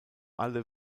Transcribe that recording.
alle